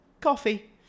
coffee